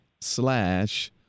slash